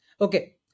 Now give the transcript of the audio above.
Okay